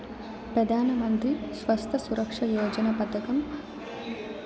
పెదానమంత్రి స్వాస్త్య సురక్ష యోజన పదకం రెండువేల ఆరు సంవత్సరంల ఆమోదించినారు